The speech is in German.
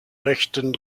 rechten